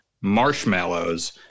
marshmallows